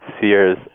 sears